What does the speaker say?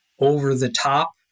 over-the-top